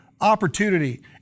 opportunity